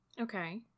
Okay